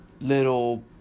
little